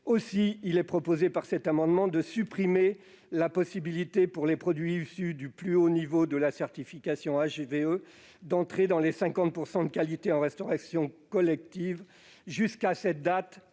Aussi, il est proposé, par cet amendement, de supprimer la possibilité pour les produits issus du plus haut niveau de la certification HVE d'entrer dans les 50 % de qualité en restauration collective jusqu'à la date